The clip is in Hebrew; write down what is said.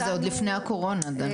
וזה עוד לפני הקורונה, דנה.